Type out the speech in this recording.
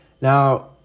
Now